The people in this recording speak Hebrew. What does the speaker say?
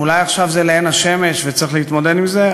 אולי עכשיו זה לעין השמש וצריך להתמודד עם זה,